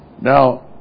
Now